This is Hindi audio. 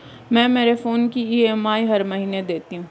मैं मेरे फोन की ई.एम.आई हर महीने देती हूँ